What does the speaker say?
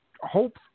hope